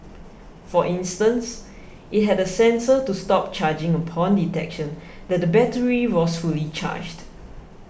for instance it had a sensor to stop charging upon detection that the battery was fully charged